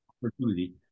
opportunity